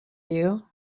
you